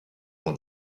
dans